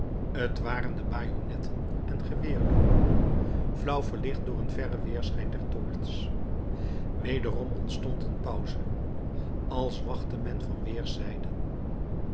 t waren de bajonnetten en geweerloopen flauw verlicht door den verren weerschijn der toorts wederom ontstond een pauze als wachtte men van